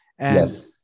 Yes